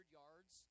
yards